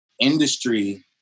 industry